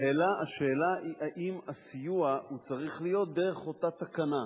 השאלה היא אם הסיוע צריך להיות דרך אותה תקנה,